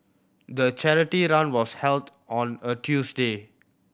the charity run was held on a Tuesday